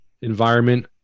environment